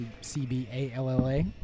C-B-A-L-L-A